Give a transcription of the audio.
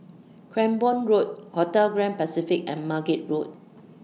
Cranborne Road Hotel Grand Pacific and Margate Road